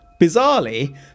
Bizarrely